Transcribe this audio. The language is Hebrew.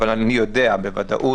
אבל אני יודע בוודאות